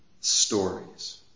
stories